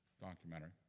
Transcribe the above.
documentary